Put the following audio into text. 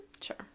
Sure